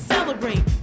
Celebrate